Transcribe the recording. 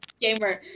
Gamer